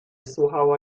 słuchała